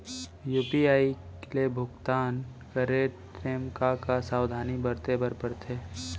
UPI ले भुगतान करे टेम का का सावधानी बरते बर परथे